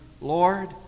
Lord